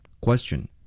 Question